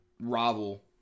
rival